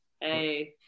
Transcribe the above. hey